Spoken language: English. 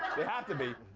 they have to be.